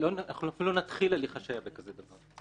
אנחנו אפילו לא נתחיל הליך השעיה בדבר כזה.